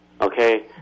Okay